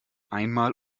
einmal